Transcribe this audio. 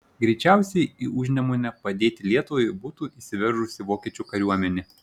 greičiausiai į užnemunę padėti lietuvai būtų įsiveržusi vokiečių kariuomenė